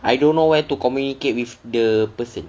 I don't know where to communicate with the person